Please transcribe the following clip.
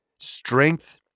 strength